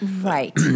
Right